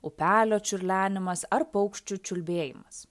upelio čiurlenimas ar paukščių čiulbėjimas